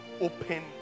open